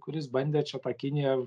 kuris bandė čia tą kiniją